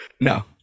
No